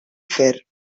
fer